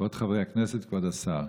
כבוד חברי הכנסת, כבוד השר,